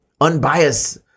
unbiased